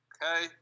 Okay